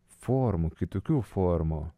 formų kitokių formų